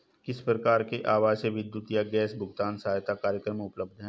किस प्रकार के आवासीय विद्युत या गैस भुगतान सहायता कार्यक्रम उपलब्ध हैं?